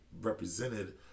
represented